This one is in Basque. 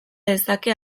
dezake